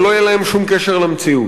אבל לא יהיה להם שום קשר למציאות.